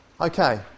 Okay